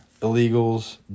illegals